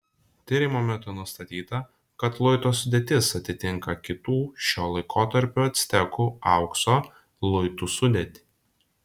tyrimo metu nustatyta kad luito sudėtis atitinka kitų šio laikotarpio actekų aukso luitų sudėtį